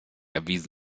erwiesen